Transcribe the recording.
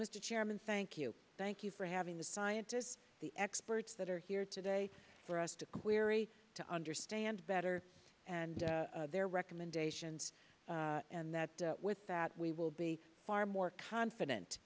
mr chairman thank you thank you for having the scientists the experts that are here today for us to query to understand better and their recommendations and that with that we will be far more confident